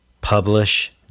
publish